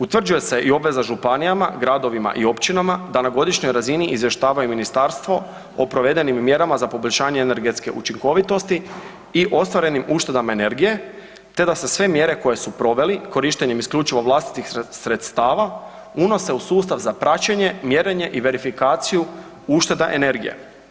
Utvrđuje se i obveza županijama, gradovima i općinama da na godišnjoj razini izvještavaju ministarstvo o provedenim mjerama za poboljšanje energetske učinkovitosti i ostvarenim uštedama energije, te da se sve mjere koje su proveli korištenjem isključivo vlastitih sredstava unose u sustav za praćenje, mjerenje i verifikaciju ušteda energije.